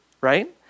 Right